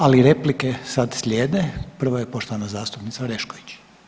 Ali replike sad slijede, prva je poštovana zastupnica Orešković.